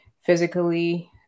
physically